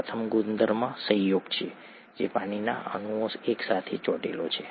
પ્રથમ ગુણધર્મ સંયોગ છે જે પાણીના અણુઓ એક સાથે ચોંટેલા છે